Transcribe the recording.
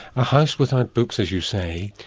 a house without books, as you say.